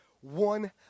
one